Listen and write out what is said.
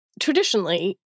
Traditionally